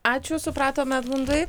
ačiū supratome edmundai